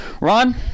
Ron